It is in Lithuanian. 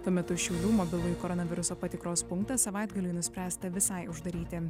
tuo metu šiaulių mobilųjį koronaviruso patikros punktą savaitgalį nuspręsta visai uždaryti